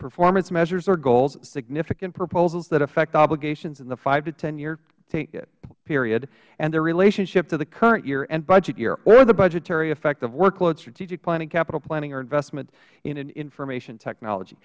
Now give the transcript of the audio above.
performance measures or goals significant proposals that affect obligations in the five to year period and their relationship to the current year and budget year or the budgetary effect of workload strategic planning capital planning or investment in information technology